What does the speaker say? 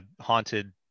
haunted